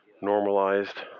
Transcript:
Normalized